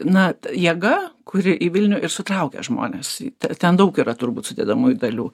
na jėga kuri į vilnių ir sutraukia žmones te ten daug yra turbūt sudedamųjų dalių